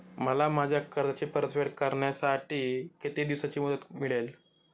मला माझ्या कर्जाची परतफेड करण्यासाठी किती दिवसांची मुदत मिळेल?